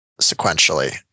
sequentially